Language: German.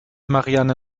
marianne